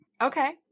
Okay